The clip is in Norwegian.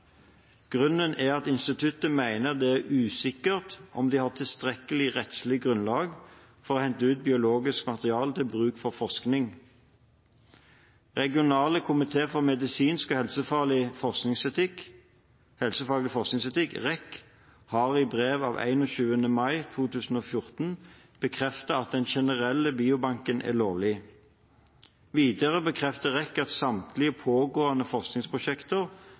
Grunnen er at instituttet mener det er usikkert om de har tilstrekkelig rettslig grunnlag for å hente ut biologisk materiale til bruk i forskning. Regionale komiteer for medisinsk og helsefaglig forskningsetikk, REK, har i brev av 21. mai 20l4 bekreftet at den generelle biobanken er lovlig. Videre bekrefter REK at samtlige pågående forskningsprosjekter